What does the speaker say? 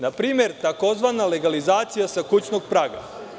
Na primer, tzv. legalizacija sa kućnog praga.